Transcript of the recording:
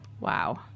Wow